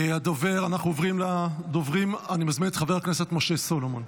אני מזמין את חבר הכנסת משה סולומון.